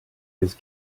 his